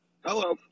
Hello